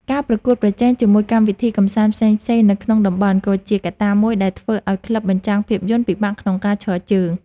ការប្រកួតប្រជែងជាមួយកម្មវិធីកម្សាន្តផ្សេងៗនៅក្នុងតំបន់ ក៏ជាកត្តាមួយដែលធ្វើឱ្យក្លឹបបញ្ចាំងភាពយន្តពិបាកក្នុងការឈរជើង។